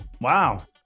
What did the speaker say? Wow